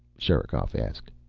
sherikov asked.